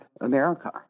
America